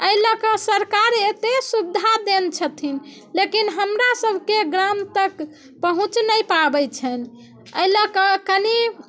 एहि लऽ के सरकार एतेक सुविधा देले छथिन लेकिन हमरा सबके गाम तक पहुँच नहि पाबय छनि एहि लऽ कऽ कनि